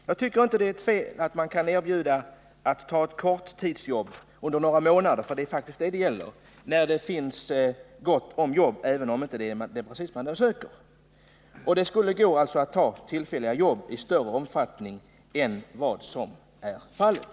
Jag tycker inte att det är fel att erbjuda någon att ta ett korttidsjobb under några månader — för det är faktiskt detta det gäller — när det finns gott om jobb, även om det inte precis är det slags jobb vederbörande söker. Det borde vara möjligt att ta tillfälliga jobb i större omfattning än vad som är fallet.